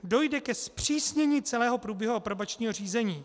Dojde ke zpřísnění celého průběhu aprobačního řízení.